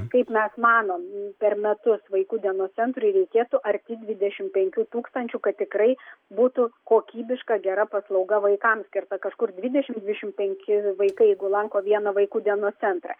kaip mes manom per metus vaikų dienos centrui reikėtų arti dvidešimt penkių tūkstančių kad tikrai būtų kokybiška gera paslauga vaikams skirta kažkur dvidešimt dvidešimt penki vaikai jeigu lanko vieną vaikų dienos centrą